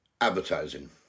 advertising